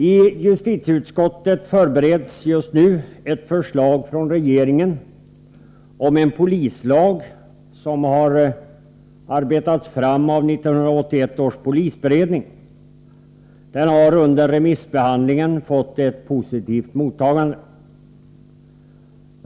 I justitieutskottet förbereds just nu ett förslag från regeringen om en polislag som har arbetats fram av 1981 års polisberedning. Den har under remissbehandlingen fått ett positivt mottagande.